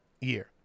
year